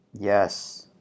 yes